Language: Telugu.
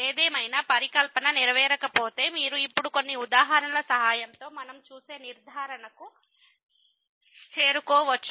ఏదేమైనా పరికల్పన నెరవేర్చకపోతే మీరు ఇప్పుడు కొన్ని ఉదాహరణల సహాయంతో మనం చూసే నిర్ధారణకు చేరుకోకపోవచ్చు